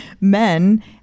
men